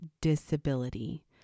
disability